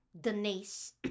Denise